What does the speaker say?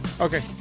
Okay